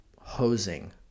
hosing